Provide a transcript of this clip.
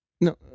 No